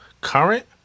current